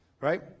right